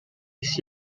his